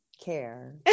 care